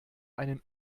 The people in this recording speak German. einen